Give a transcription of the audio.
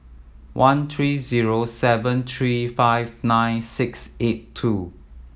one three zero seven three five nine six eight two